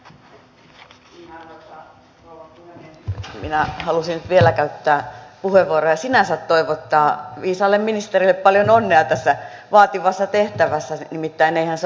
minä halusin nyt vielä käyttää puheenvuoron ja sinänsä toivottaa viisaalle ministerille paljon onnea tässä vaativassa tehtävässä nimittäin eihän se ole helppoa